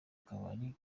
kabari